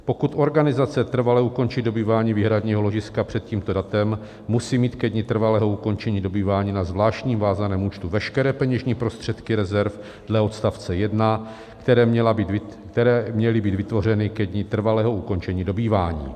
Pokud organizace trvale ukončí dobývání výhradního ložiska před tímto datem, musí mít ke dni trvalého ukončení dobývání na zvláštním vázaném účtu veškeré peněžní prostředky rezerv dle odstavce 1, které měly být vytvořeny ke dni trvalého ukončení dobývání.